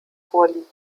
vorliegen